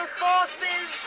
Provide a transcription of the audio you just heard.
forces